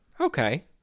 okay